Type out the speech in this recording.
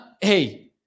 hey